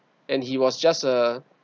and he was just a